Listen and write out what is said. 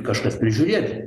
kažkas prižiūrėt